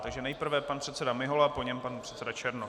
Takže nejprve pan předseda Mihola, po něm pan předseda Černoch.